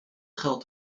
geldt